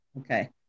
okay